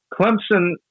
Clemson